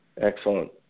Excellent